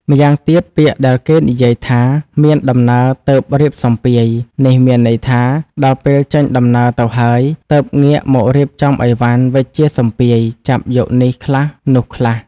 ម្យ៉ាងទៀតពាក្យដែលគេនិយាយថា មានដំណើរទើបរៀបសម្ពាយ នេះមានន័យថា ដល់ពេលចេញដំណើរទៅហើយ ទើបងាកមករៀបចំឥវ៉ាន់វេចជាសម្ពាយ ចាប់យកនេះខ្លះ នោះខ្លះ ។